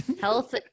health